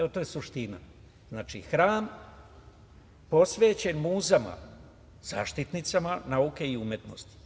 To je suština, znači hram posvećen muzama, zaštitnicama nauke i umetnosti.